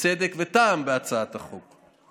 וצדק וטעם בהצעת החוק.